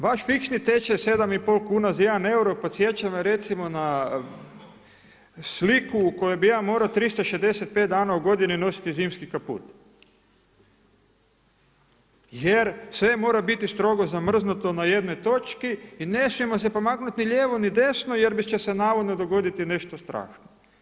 Vaš fiksni tečaj 7 i pol kuna za jedan eura podsjeća me recimo na sliku u kojoj bi ja morao 365 dana u godini nositi zimski kaput, jer sve mora biti strogo zamrznuto na jednoj točki i ne smijemo se pomaknuti ni lijevo, ni desno jer će se navodno dogoditi nešto strašno.